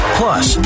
plus